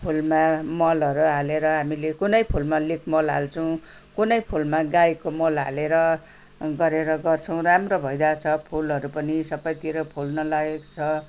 फुलमा मलहरू हालेर हामीले कुनै फुलमा रुख मल हाल्छौँ कुनै फुलमा गाईको मल हालेर गरेर गर्छौँ राम्रो भइरहेछ फुलहरू पनि सबैतिर फुल्न लागेको छ